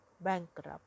bankrupt